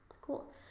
Cool